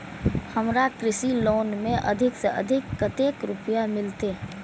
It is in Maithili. हमरा कृषि लोन में अधिक से अधिक कतेक रुपया मिलते?